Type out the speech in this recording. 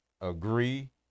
agree